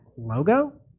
logo